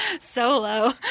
Solo